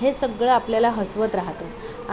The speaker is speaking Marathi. हे सगळं आपल्याला हसवत राहतात